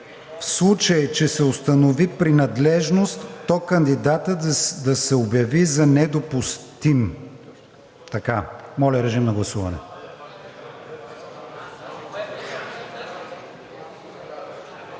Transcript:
„В случай че се установи принадлежност, то кандидатът да се обяви за недопустим.“ Моля, режим на гласуване.